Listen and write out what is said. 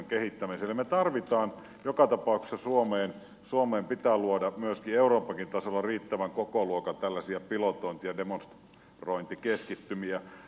me tarvitsemme niitä joka tapauksessa suomeen suomeen pitää luoda euroopankin tasolla riittävän kokoluokan tällaisia pilotointeja demonstrointikeskittymiä